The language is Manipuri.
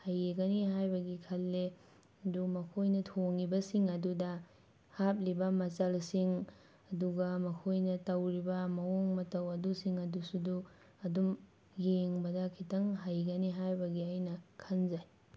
ꯍꯩꯒꯅꯤꯅ ꯍꯥꯏꯕꯒꯤ ꯈꯜꯂꯤ ꯑꯗꯨ ꯃꯈꯣꯏꯅ ꯊꯣꯡꯂꯤꯕꯁꯤꯡ ꯑꯗꯨꯗ ꯍꯥꯞꯂꯤꯕ ꯃꯆꯜꯁꯤꯡ ꯑꯗꯨꯒ ꯃꯈꯣꯏꯅ ꯇꯧꯔꯤꯕ ꯃꯑꯣꯡ ꯃꯇꯧ ꯑꯗꯨꯁꯤꯡ ꯑꯗꯨꯁꯨꯗꯨ ꯑꯗꯨꯝ ꯌꯦꯡꯕꯗ ꯈꯤꯇꯪ ꯍꯩꯒꯅꯤ ꯍꯥꯏꯕꯒꯤ ꯑꯩꯅ ꯈꯟꯖꯩ